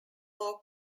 law